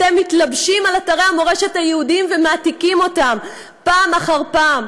אתם מתלבשים על אתרי המורשת היהודיים ומעתיקים אותם פעם אחר פעם,